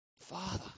Father